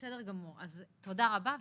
תודה רבה.